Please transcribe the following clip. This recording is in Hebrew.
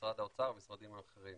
ובמשרד האוצר ובמשרדים האחרים.